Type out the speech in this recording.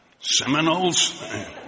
seminoles